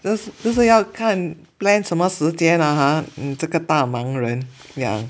就就是要看 plan 什么时间了 ha 你这个大忙人 yeah